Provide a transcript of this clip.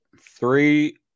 three